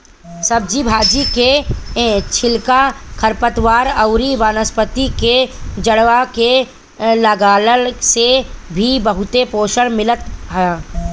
सब्जी भाजी के छिलका, खरपतवार अउरी वनस्पति के सड़आ के डालला से भी बहुते पोषण मिलत ह